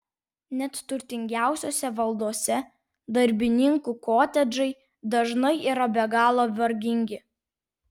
net turtingiausiose valdose darbininkų kotedžai dažnai yra be galo vargingi